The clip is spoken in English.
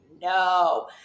no